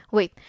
Wait